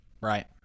right